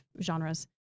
genres